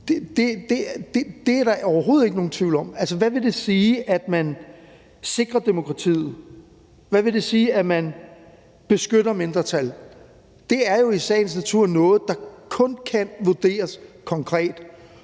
Det er der overhovedet ikke nogen tvivl om. Hvad vil det sige, at man sikrer demokratiet, hvad vil det sige, at man beskytter mindretal? Det er jo i sagens natur noget, der kun kan vurderes konkret,